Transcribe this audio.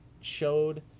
showed